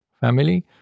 family